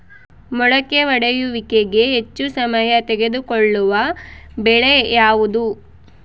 ಮೊಳಕೆ ಒಡೆಯುವಿಕೆಗೆ ಹೆಚ್ಚು ಸಮಯ ತೆಗೆದುಕೊಳ್ಳುವ ಬೆಳೆ ಯಾವುದು?